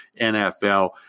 NFL